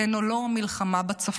כן או לא מלחמה בצפון,